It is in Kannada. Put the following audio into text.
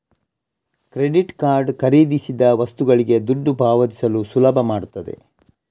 ಕ್ರೆಡಿಟ್ ಕಾರ್ಡ್ ಖರೀದಿಸಿದ ವಸ್ತುಗೆ ದುಡ್ಡು ಪಾವತಿಸಲು ಸುಲಭ ಮಾಡ್ತದೆ